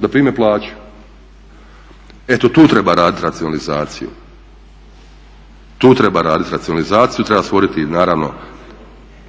Da prime plaću. Eto tu treba raditi racionalizaciju. Tu treba raditi racionalizaciju. Treba stvoriti naravno